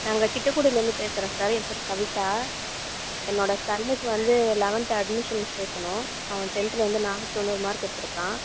நாங்கள் திட்டக்குடிலேந்து பேசுகிறோம் சார் என் பேர் கவிதா என்னோட சன்னுக்கு வந்து லெவன்த்து அட்மிஷன் சேர்க்கணும் அவன் டென்த்தில் வந்து நானூத் தொண்ணூறு மார்க் எடுத்துருக்கான்